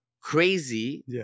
crazy